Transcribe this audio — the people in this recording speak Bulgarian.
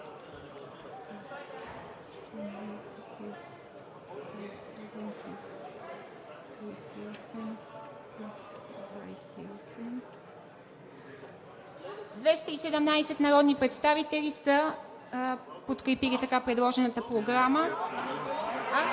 217 народни представители са подкрепили така предложената Програма.